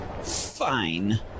Fine